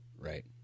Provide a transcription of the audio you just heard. Right